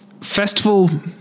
festival